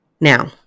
Now